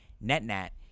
Net-net